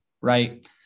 right